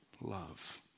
love